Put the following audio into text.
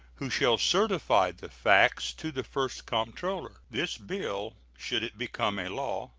who shall certify the facts to the first comptroller. this bill, should it become a law,